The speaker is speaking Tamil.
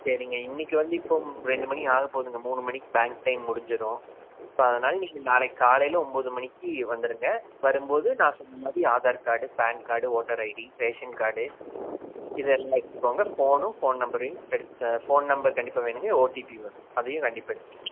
சரிங்க இன்னைக்கு வந்து இப்போது ரெண்டு மணி ஆகப்போகுதுங்க மூணு மணிக்கு பேங்க் டைம் முடிஞ்சிடும் ஸோ அதனால் நீங்கள் நாளைக்கு காலையில் ஒம்போது மணிக்கு வந்துவிடுங்க வரும்போது நான் சொன்ன மாதிரி Aadhaar card pan card voter ID ration card இதெல்லாம் எடுத்துக்கங்க ஃபோனும் ஃபோன் நம்பரையும் எடுத்து ஃபோன் நம்பர் கண்டிப்பாக வேணும்ங்க ஓடிபி வரும் அதையும் கண்டிப்பாக எடுத்துக்கங்க